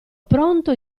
pronto